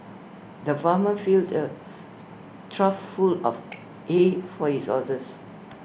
the farmer filled A trough full of hay for his horses